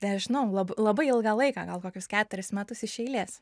nežinau lab labai ilgą laiką gal kokius keturis metus iš eilės